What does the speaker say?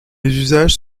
usages